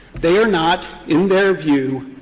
they are not, in their view,